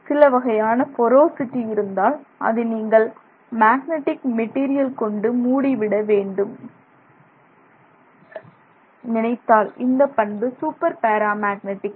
சிலவகையான போரோசிட்டி இருந்தால் அதை நீங்கள் மேக்னடிக் மெட்டீரியல் கொண்டு மூடிவிட நினைத்தால் இந்த பண்பு சூப்பர் பேரா மேக்னெட்டிக்